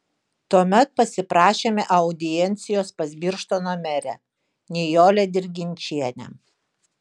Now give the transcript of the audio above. tuomet pasiprašėme audiencijos pas birštono merę nijolę dirginčienę